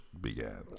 began